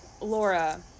Laura